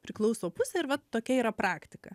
priklauso pusė ir va tokia yra praktika